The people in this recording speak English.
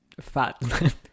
fat